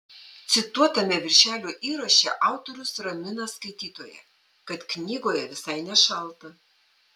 cituotame viršelio įraše autorius ramina skaitytoją kad knygoje visai nešalta